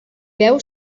veu